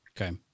Okay